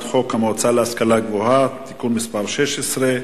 חוק המועצה להשכלה גבוהה (תיקון מס' 16)